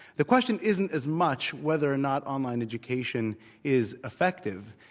the question isn't as much whether or not online education is effective,